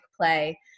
play